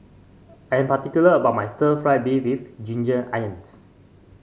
I am particular about my Stir Fried Beef with Ginger Onions